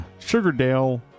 Sugardale